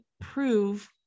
prove